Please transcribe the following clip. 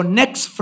next